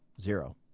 Zero